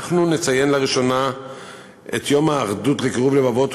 אנחנו נציין לראשונה את יום האחדות לקירוב לבבות.